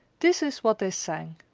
this is what they sang